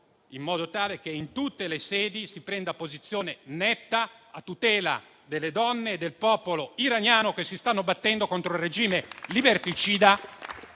in modo tale che in tutte le sedi si prenda posizione netta a tutela delle donne e del popolo iraniano che si stanno battendo contro il regime liberticida